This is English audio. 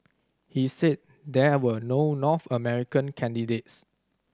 he said there were no North American candidates